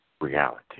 reality